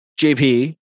JP